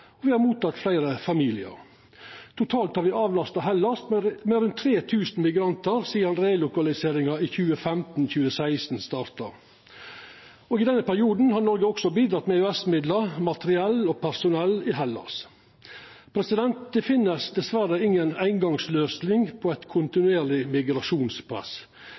med rundt 3 000 migrantar sidan relokaliseringa i 2015–2016 starta. I denne perioden har Noreg også bidrege med EØS-midlar, materiell og personell i Hellas. Det finst dessverre inga eingongsløysing på eit kontinuerleg